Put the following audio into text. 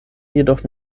jedoch